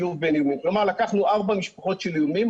כלומר לקחנו ארבע משפחות של איומים